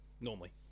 normally